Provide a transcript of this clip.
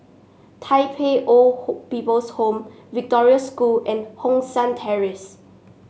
Tai Pei Old People's Home Victoria School and Hong San Terrace